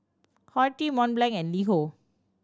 Horti Mont Blanc and LiHo